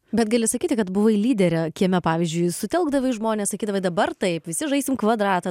bet gali sakyti kad buvai lyderė kieme pavyzdžiui sutelkdavai žmones sakydavai dabar taip visi žaisim kvadratą